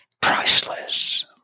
priceless